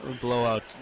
blowout